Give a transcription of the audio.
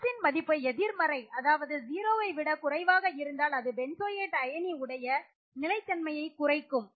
σXன் மதிப்பு எதிர்மறை அதாவது 0 ஐ விட குறைவாக இருந்தால் அது பென்சோயேட் அயனி உடைய நிலைத் தன்மையை குறைக்கும்